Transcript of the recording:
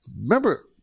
Remember